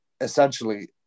essentially